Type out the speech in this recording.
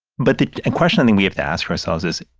but the and question i think we have to ask ourselves is,